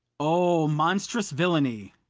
o, monstrous villany!